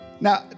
Now